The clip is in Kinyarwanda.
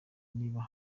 niba